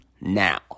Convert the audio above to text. now